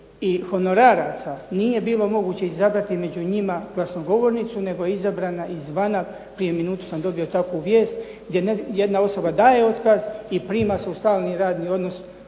i honoraraca nije bilo moguće izabrati među njima glasnogovornicu nego je izabrana izvana. Prije minutu sam dobio takvu vijest, gdje jedna osoba daje otkaz i prima se u stalni radni odnos